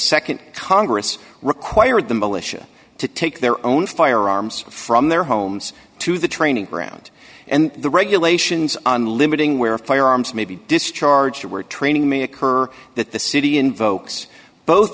nd congress required the militia to take their own firearms from their homes to the training ground and the regulations on limiting where firearms may be discharged were training may occur that the city invokes both